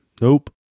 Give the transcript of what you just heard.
Nope